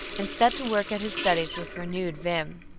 and set to work at his studies with renewed vim.